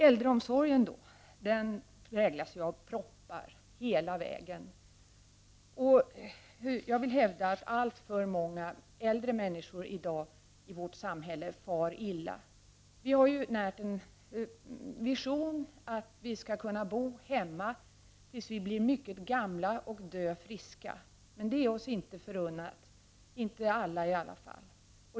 Äldreomsorgen präglas av proppar hela vägen. Jag vill hävda att alltför många äldre människor i vårt samhälle i dag far illa. Vi har närt en vision att vi skall kunna bo hemma tills vi blir mycket gamla och att vi skall dö friska. Men det är oss inte förunnat, åtminstone inte alla.